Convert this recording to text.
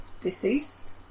deceased